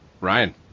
ryan